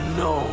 no